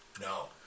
No